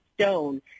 stone